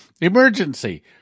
emergency